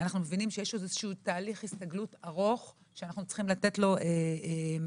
אנו מבינים שיש תהליך הסתגלות ארוך שעלינו לתת לו מקום.